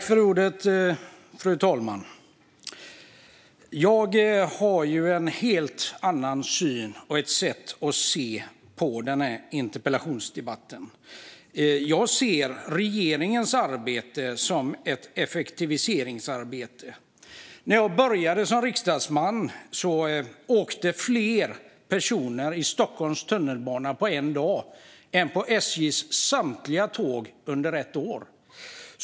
Fru talman! Jag har en helt annan syn i denna interpellationsdebatt. Jag ser regeringens arbete som ett effektiviseringsarbete. När jag började som riksdagsman åkte fler personer i Stockholms tunnelbana på en dag än som åkte på SJ:s samtliga tåg under ett år.